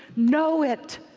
know it.